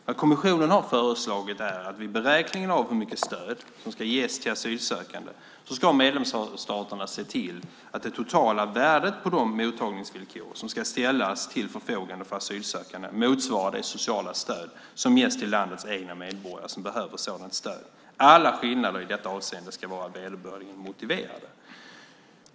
Vad kommissionen har föreslagit är att vid beräkningen av hur mycket stöd som ska ges till asylsökande ska medlemsstaterna se till att det totala värdet på de mottagningsvillkor som ska ställas till förfogande för asylsökande motsvarar det sociala stöd som ges till landets egna medborgare som behöver sådant stöd. Alla skillnader i detta avseende ska vara vederbörligen motiverade.